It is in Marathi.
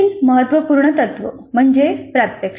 पुढील महत्त्वपूर्ण तत्व म्हणजे प्रात्यक्षिक